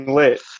lit